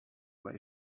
way